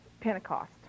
Pentecost